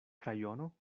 krajono